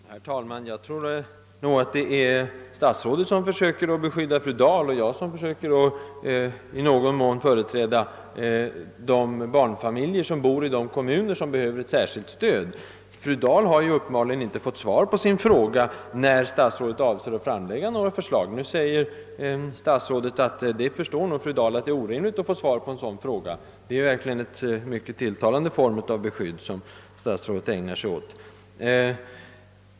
Herr talman! Jag tror att det är statsrådet som försöker beskydda fru Dahl och jag som försöker företräda barnfamiljerna i de kommuner som behöver ett särskilt stöd. Fru Dahl har uppenbarligen inte fått svar på sin fråga om när statsrådet avser att framlägga förslag. Statsrådet sade att fru Dahl nog förstår att det är orimligt att få svar på en sådan fråga. Det är väl någon form av beskydd som statsrådet där ägnar sig åt.